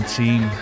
team